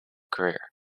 career